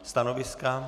Stanoviska?